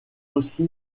aussi